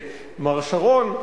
מר שרון,